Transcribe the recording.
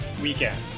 weekend